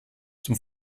zum